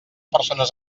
persones